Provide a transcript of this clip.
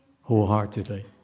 wholeheartedly